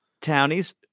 Townies